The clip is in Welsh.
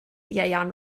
ieuan